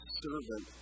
servant